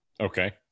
Okay